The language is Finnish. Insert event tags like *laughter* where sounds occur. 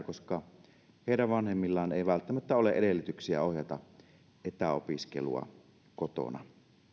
*unintelligible* koska heidän vanhemmillaan ei välttämättä ole edellytyksiä ohjata etäopiskelua kotona